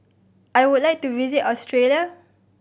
I would like to visit Australia